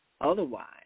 Otherwise